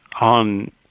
on